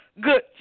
good